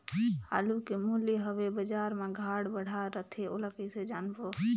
आलू के मूल्य हवे बजार मा घाट बढ़ा रथे ओला कइसे जानबो?